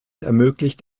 ermöglicht